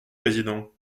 président